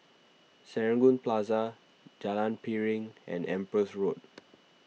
Serangoon Plaza Jalan Piring and Empress Road